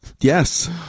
Yes